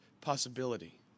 possibility